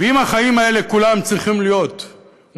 ואם בחיים האלה כולם צריכים להיות מותשים